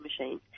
machine